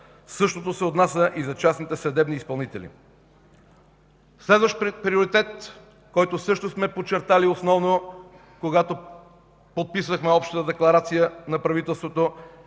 Същото се отнася и за частните съдебни изпълнители. Следващ приоритет, който също сме подчертали основно, когато подписвахме Общата декларация на правителството,